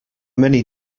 many